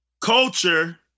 culture